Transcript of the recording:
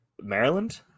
Maryland